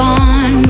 on